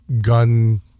gun